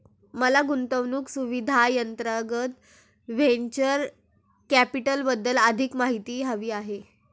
मला गुंतवणूक सुविधांअंतर्गत व्हेंचर कॅपिटलबद्दल अधिक माहिती हवी आहे